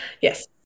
Yes